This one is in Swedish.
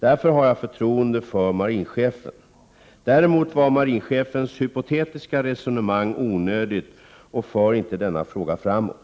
Därför har jag förtroende för marinchefen. Däremot var marinchefens hypotetiska resonemang onödigt och för inte frågan framåt.